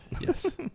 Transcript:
Yes